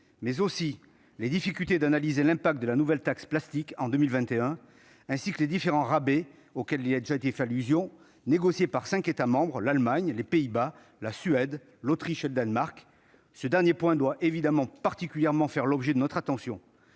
mais aussi les difficultés à analyser l'impact de la nouvelle taxe plastique en 2021, ainsi que les différents rabais, auxquels il a déjà été fait allusion, négociés par cinq États membres- l'Allemagne, les Pays-Bas, la Suède, l'Autriche et le Danemark. Ce dernier point doit évidemment faire l'objet d'une attention